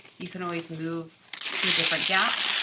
you can always move to a different gap.